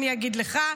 אני אגיד לך.